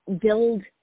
build